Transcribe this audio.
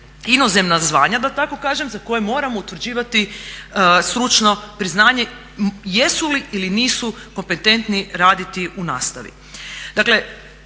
inozemna zvanja da tako kažem, za koja moramo utvrđivati stručno priznanje, jesu li ili nisu kompetentni raditi u nastavi.